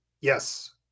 Yes